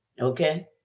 Okay